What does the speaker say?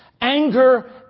anger